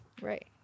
Right